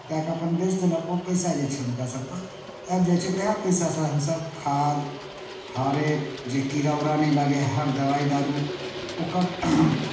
कए कऽ अपन बेचि देलक ओ पैसा जे छै हुनकासभके आबि जाइ छै उएह पैसासँ हमसभ खाद फास्फेट जे कीड़ा उड़ा नहि लगै हर दवाइ दारू ओकर